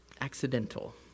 accidental